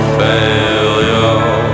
failure